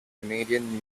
canadian